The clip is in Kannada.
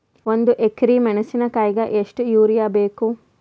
ಒಂದ್ ಎಕರಿ ಮೆಣಸಿಕಾಯಿಗಿ ಎಷ್ಟ ಯೂರಿಯಬೇಕು?